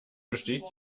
besteht